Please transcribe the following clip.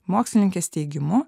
mokslininkės teigimu